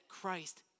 Christ